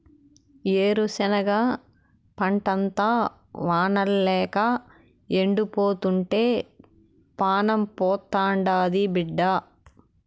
ఏరుశనగ పంటంతా వానల్లేక ఎండిపోతుంటే పానం పోతాండాది బిడ్డా